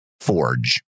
forge